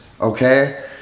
Okay